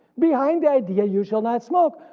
behind the idea you shall not smoke.